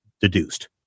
deduced